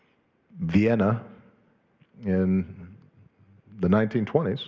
vienna in the nineteen twenty